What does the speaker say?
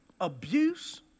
abuse